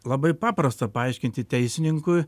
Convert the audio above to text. labai paprasta paaiškinti teisininkui